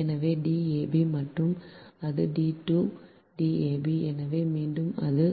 எனவே dab மீண்டும் அது D dab எனவே மீண்டும் அது